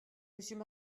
monsieur